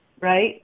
right